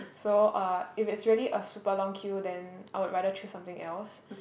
so uh if it's really a super long queue then I would rather choose something else